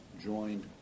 joined